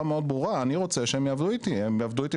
מאוד ברורה: אני רוצה שהם יעבדו איתי במחלקה,